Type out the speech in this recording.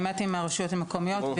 אם עובדים ביחד עם הרשויות המקומיות.